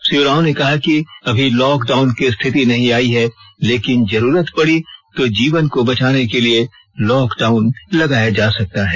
श्री उरांव ने कहा कि अभी लॉक डाउन की स्थिति नहीं आयी है लेकिन जरूरत पड़ी तो जीवन को बचाने के लिए लॉक डाउन लगाया जा सकता है